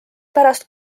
pärast